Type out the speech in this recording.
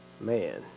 Man